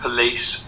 Police